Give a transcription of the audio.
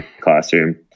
classroom